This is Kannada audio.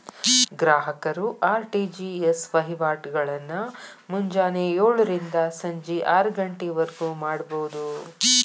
ಗ್ರಾಹಕರು ಆರ್.ಟಿ.ಜಿ.ಎಸ್ ವಹಿವಾಟಗಳನ್ನ ಮುಂಜಾನೆ ಯೋಳರಿಂದ ಸಂಜಿ ಆರಗಂಟಿವರ್ಗು ಮಾಡಬೋದು